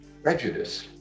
prejudice